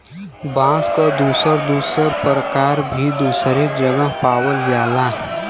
बांस क दुसर दुसर परकार भी दुसरे जगह पावल जाला